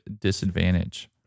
disadvantage